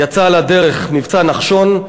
יצא לדרך מבצע נחשון,